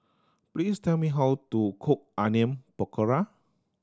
please tell me how to cook Onion Pakora